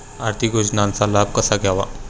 आर्थिक योजनांचा लाभ कसा घ्यावा?